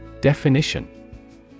Definition